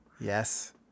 yes